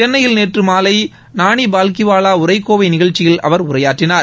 சென்னையில் நேற்று மாலை நானிபால்கிவாலா உரைக்கோவை நிகழ்ச்சியில் அவர் உரையாற்றினார்